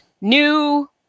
new